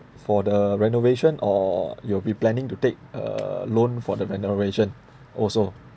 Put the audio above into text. for the renovation or you'll be planning to take a loan for the renovation also